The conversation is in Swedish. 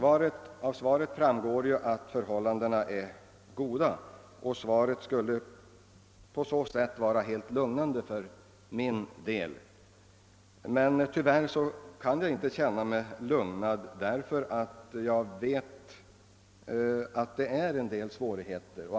Av svaret framgår att förhållandena är goda, och svaret borde alltså vara lugnande för min del. Tyvärr kan jag inte känna mig lugnad ty jag vet att det finns svårigheter.